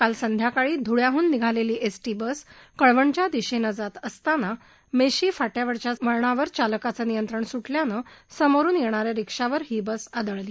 काल संध्याकाळी धुळ्याह्न निघालेली एसटी बस कळवणच्या दिशेनं जात असताना मेशी फाट्यावरच्या वळणावर चालकाचं नियंत्रण सुटल्यानं समोरून येणाऱ्या रीक्षावर ही बस आदळली